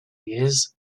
years